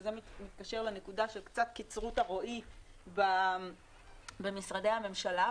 וזה מתקשר לנקודה של קצת קצרות הרואי במשרדי הממשלה.